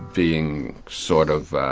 being sort of,